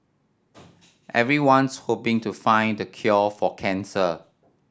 everyone's hoping to find the cure for cancer